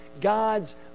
God's